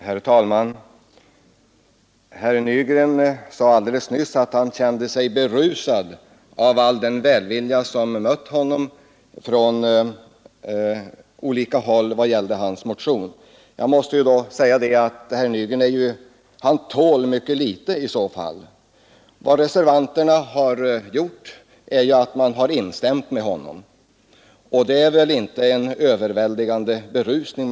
Herr talman! Herr Nygren sade alldeles nyss att han kände sig berusad av all den välvilja som mött honom från olika håll i vad gällde hans motion. Jag måste säga att herr Nygren i så fall tål mycket litet. Vad reservanterna har gjort är att de instämt med honom. Man kan väl inte då tala om en överväldigande berusning.